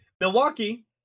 Milwaukee